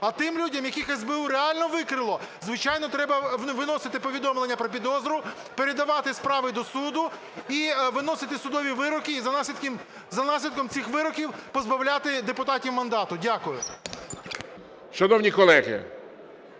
А тим людям, яких СБУ реально викрило, звичайно, треба виносити повідомлення про підозру, передавати справи до суду і виносити судові вироки, і за наслідком цих вироків позбавляти депутатів мандату. Дякую. ГОЛОВУЮЧИЙ. Шановні колеги,